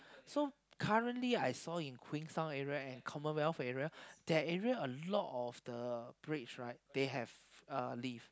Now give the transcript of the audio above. so currently I saw in Queenstown area and Commonwealth area that area a lot of the bridge right they have uh lift